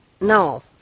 no